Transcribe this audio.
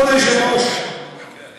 אהבה בוערת לישראל, קוראים לזה.